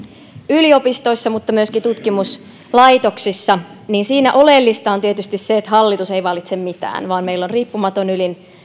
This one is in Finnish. yliopistoissa mutta myöskin tutkimuslaitoksissa niin siinä oleellista on tietysti se että hallitus ei valitse mitään vaan meillä on riippumaton ylin